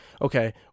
okay